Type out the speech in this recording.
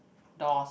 dolls